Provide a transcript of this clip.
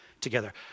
together